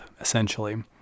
essentially